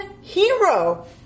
hero